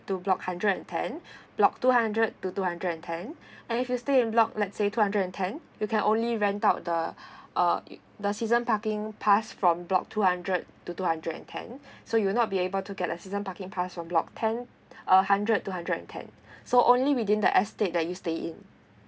to block hundred and ten block two hundred to two hundred and ten and if you stay in block let's say in two hundred and ten you can only rent out the uh the season parking pass from block two hundred to two hundred and ten so you will not be able to get a season parking pass for block ten uh hundred to hundred and ten so only within the estate that you stay in